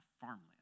farmland